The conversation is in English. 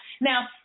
Now